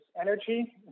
energy